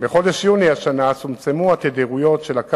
מוניות שירות המקלים את העומס באוטובוסים